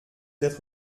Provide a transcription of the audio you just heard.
être